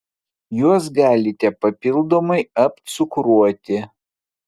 juos galite papildomai apcukruoti